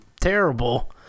terrible